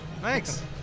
Thanks